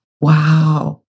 Wow